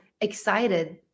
excited